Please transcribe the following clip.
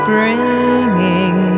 Bringing